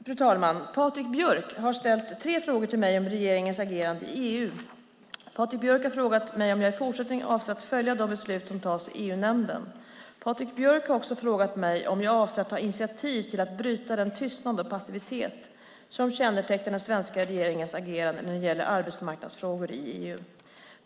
Fru talman! Patrik Björck har ställt tre frågor till mig om regeringens agerande i EU. Patrik Björck har frågat mig om jag i fortsättningen avser att följa de beslut som fattas i EU-nämnden. Patrick Björk har också frågat mig om jag avser att ta initiativ till att bryta den tystnad och passivitet som kännetecknar den svenska regeringens agerande när det gäller arbetsmarknadsfrågor i EU.